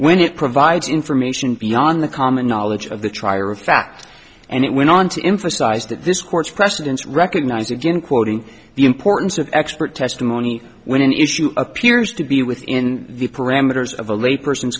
when it provides information beyond the common knowledge of the trier of fact and it went on to emphasize that this court's precedents recognize again quoting the importance of expert testimony when an issue appears to be within the parameters of a lay person